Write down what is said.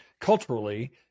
culturally